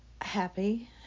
happy